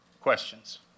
questions